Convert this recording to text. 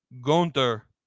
Gunter